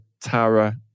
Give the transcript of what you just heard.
Tara